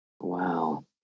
Wow